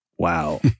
Wow